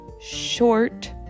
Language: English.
short